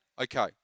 Okay